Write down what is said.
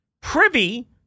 privy